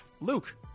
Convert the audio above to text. Luke